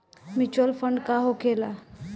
Mutual fund का होखेला?